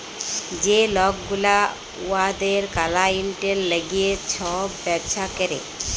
যে লক গুলা উয়াদের কালাইয়েল্টের ল্যাইগে ছব ব্যবসা ক্যরে